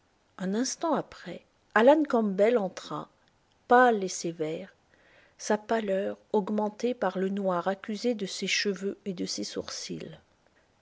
un instant après alan campbell entra pâle et sévère sa pâleur augmentée par le noir accusé de ses cheveux et de ses sourcils